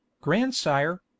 grandsire